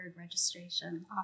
registration